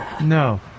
No